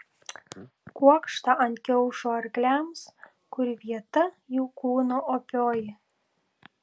kuokštą ant kiaušo arkliams kur vieta jų kūno opioji